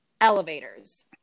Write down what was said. elevators